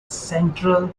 central